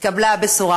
התקבלה הבשורה.